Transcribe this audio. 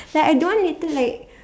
like I don't want later like